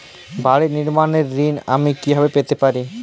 বাড়ি নির্মাণের ঋণ আমি কিভাবে পেতে পারি?